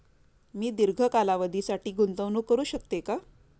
मी दीर्घ कालावधीसाठी गुंतवणूक करू शकते का?